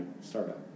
startup